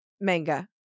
manga